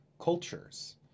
cultures